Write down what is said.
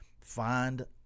Find